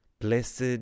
Blessed